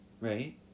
right